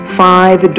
five